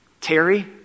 Terry